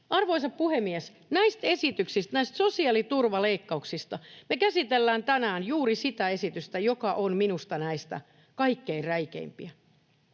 esityksistä, näistä sosiaaliturvaleikkauksista, me käsitellään tänään juuri sitä esitystä, joka on minusta näistä kaikkein räikeimpiä.